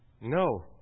No